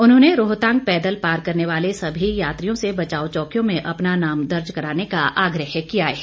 उन्होंने रोहतांग पैदल पार तय करने वाले सभी यात्रियों से बचाव चौकियों में अपना नाम दर्ज कराने का आग्रह किया है